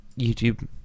YouTube